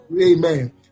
Amen